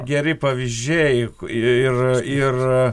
geri pavyzdžiai ir ir